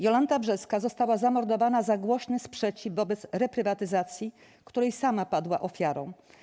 Jolanta Brzeska została zamordowana za głośny sprzeciw wobec reprywatyzacji, której sama padła ofiarą.